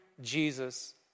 Jesus